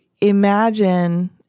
imagine